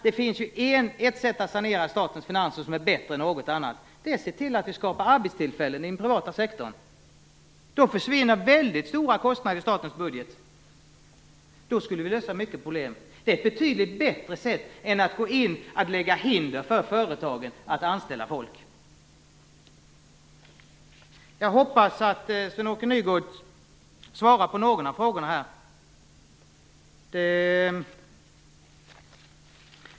Det finns ett sätt att sanera statens finanser som är bättre än något annat, och det är att se till att det skapas arbetstillfällen i den privata sektorn. Då försvinner väldigt stora kostnader i statens budget, och då skulle vi lösa många problem. Det är ett betydligt bättre sätt än att lägga in hinder för företagen att anställa folk. Jag hoppas att Sven-Åke Nygårds kommer att svara på någon av mina frågor här.